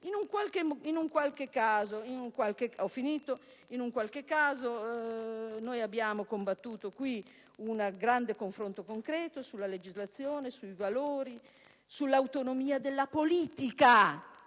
In qualche caso noi abbiamo combattuto in Parlamento un grande confronto concreto sulla legislazione, sui valori, sull'autonomia della politica